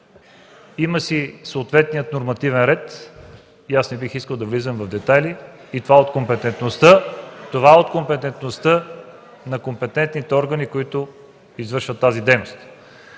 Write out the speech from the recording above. има си съответния нормативен ред. Аз не бих искал да влизам в детайли. Това е от компетентността на съответните органи, които извършват тази дейност.